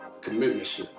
commitment